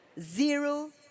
zero